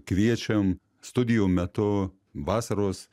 kviečiam studijų metu vasaros